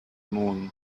moon